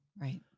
right